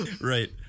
Right